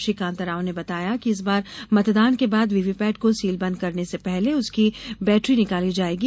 श्री कांताराव ने बताया है कि इस बार मतदान के बाद वीवीपैट को सीलबंद करने से पहले उसकी बैटरी निकाली जाएंगी